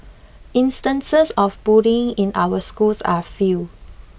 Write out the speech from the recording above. instances of bullying in our schools are few